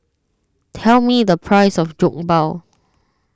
tell me the price of Jokbal